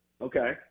Okay